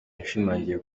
yashimangiye